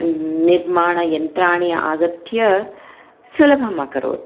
निर्माणयन्त्राणि आगत्य सुलभम् अकरोत्